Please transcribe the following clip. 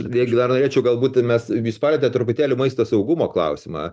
vei gal dar norėčiau galbūt ir mes jūs palietėt truputėlį maisto saugumo klausimą